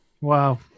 wow